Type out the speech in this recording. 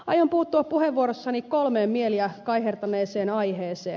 aion puuttua puheenvuorossani kolmeen mieliä kaihertaneeseen aiheeseen